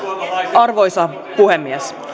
arvoisa puhemies